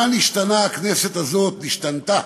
מה נשתנתה